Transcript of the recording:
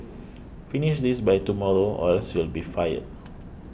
finish this by tomorrow or else you'll be fired